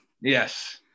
yes